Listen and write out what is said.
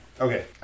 Okay